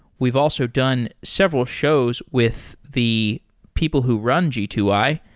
we've also done several shows with the people who run g two i,